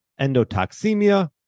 endotoxemia